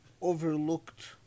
overlooked